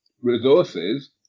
resources